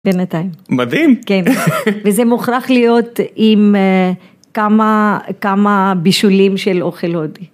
בינתיים. מדהים. כן. וזה מוכרח להיות עם כמה בישולים של אוכל הודי.